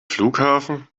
flughafen